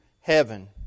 heaven